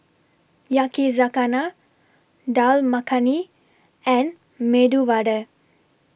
Yakizakana Dal Makhani and Medu Vada